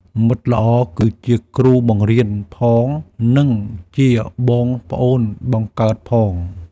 មិត្តល្អគឺជាគ្រូបង្រៀនផង និងជាបងប្អូនបង្កើតផង។